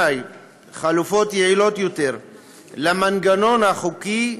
חלופות יעילות יותר למנגנון החוקי,